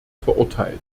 verurteilt